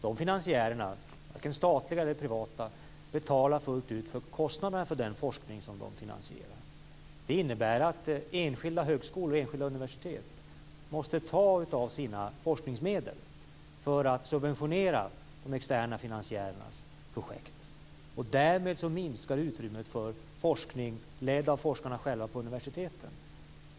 Men varken de statliga eller de privata finansiärerna betalar fullt ut för kostnaderna för den forskning som de finansierar. Det innebär att enskilda högskolor och enskilda universitet måste ta av sina forskningsmedel för att subventionera de externa finansiärernas projekt. Därmed minskar utrymmet för forskning ledd av forskarna själva på universiteten.